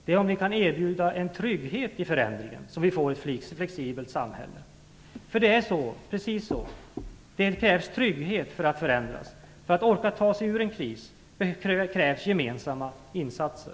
Det är om vi kan erbjuda en trygghet i förändringen som vi får ett flexibelt samhället. Det krävs trygghet för att förändras. För att man skall orka ta sig ur en kris krävs gemensamma insatser.